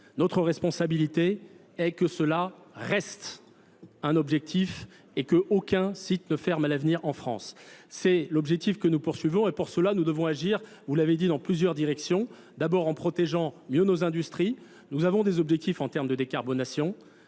Notre responsabilité, est que cela reste un objectif et qu'aucun site ne ferme à l'avenir en France. C'est l'objectif que nous poursuivons et pour cela nous devons agir, vous l'avez dit, dans plusieurs directions. D'abord en protégeant mieux nos industries. Nous avons des objectifs en termes de décarbonation.